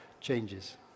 changes